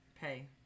pay